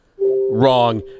wrong